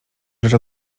rzecz